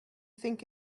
think